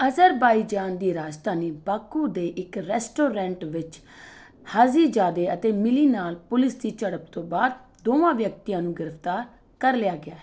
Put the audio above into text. Azerbaijan ਦੀ ਰਾਜਧਾਨੀ Baku ਦੇ ਇੱਕ ਰੈਸਟੋਰੈਂਟ ਵਿੱਚ ਹਾਜੀਜ਼ਾਦੇ ਅਤੇ ਮਿਲੀ ਨਾਲ ਪੁਲਿਸ ਦੀ ਝੜਪ ਤੋਂ ਬਾਅਦ ਦੋਵਾਂ ਵਿਅਕਤੀਆਂ ਨੂੰ ਗ੍ਰਿਫ਼ਤਾਰ ਕਰ ਲਿਆ ਗਿਆ ਹੈ